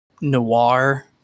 noir